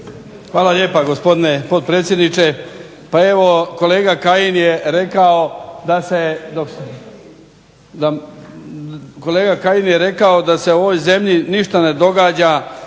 Hvala lijepa gospodine potpredsjedniče. Pa evo kolega Kajin je rekao da se u ovoj zemlji ništa ne događa